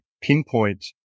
pinpoint